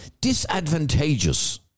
disadvantageous